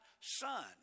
son